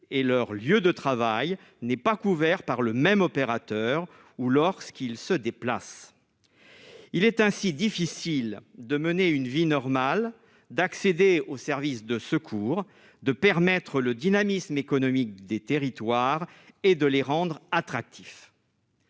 et leur lieu de travail n'est pas couvert par le même opérateur ou lorsqu'il se déplace, il est ainsi difficile de mener une vie normale d'accéder aux services de secours de permettre le dynamisme économique des territoires et de les rendre attractif.